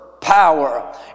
power